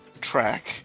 track